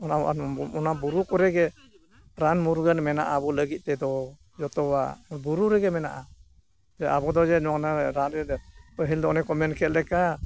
ᱚᱱᱟ ᱟᱨ ᱚᱱᱟ ᱵᱩᱨᱩ ᱠᱚᱨᱮ ᱜᱮ ᱨᱟᱱ ᱢᱩᱨᱜᱟᱹᱱ ᱢᱮᱱᱟᱜᱼᱟ ᱟᱵᱚ ᱞᱟᱹᱜᱤᱫ ᱛᱮᱫᱚ ᱡᱚᱛᱚᱣᱟᱜ ᱵᱩᱨᱩ ᱨᱮᱜᱮ ᱢᱮᱱᱟᱜᱼᱟ ᱟᱵᱚ ᱫᱚ ᱡᱮ ᱚᱱᱮ ᱨᱟᱱ ᱯᱟᱹᱦᱤᱞ ᱫᱚ ᱚᱱᱮ ᱠᱚ ᱢᱮᱱ ᱠᱮᱜ ᱞᱮᱠᱟ